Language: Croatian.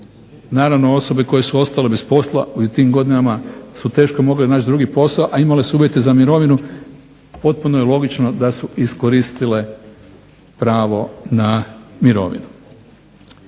naravno osobe koje su ostale bez posla u tim godinama su teško mogle naći drugi posao, ali imale su uvjete za mirovinu potpuno je logično da su iskoristile pravo na mirovinu.